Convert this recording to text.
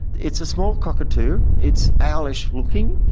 it's a small cockatoo, it's owlish looking,